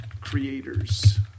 creators